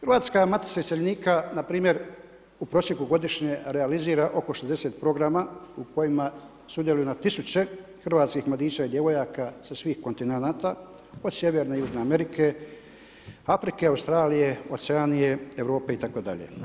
Hrvatska matica iseljenika npr. u prosjeku godišnje realizira oko 60 programa u kojima sudjeluju na tisuće hrvatskih mladića i djevojaka sa svih kontinenata, od Sjeverne i Južne Amerike, Afrike, Australije, Oceanije, Europe itd.